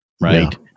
right